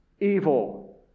evil